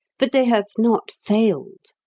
but they have not failed.